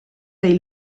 dei